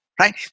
right